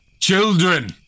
Children